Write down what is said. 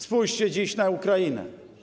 Spójrzcie dziś na Ukrainę.